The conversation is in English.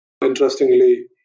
interestingly